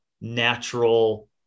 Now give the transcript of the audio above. natural